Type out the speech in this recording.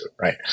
right